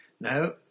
No